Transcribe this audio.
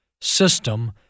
system